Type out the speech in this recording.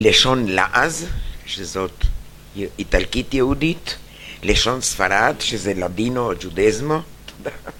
לשון לעז, שזאת איטלקית יהודית, לשון ספרד, שזה לדינו או ג'ודזמו.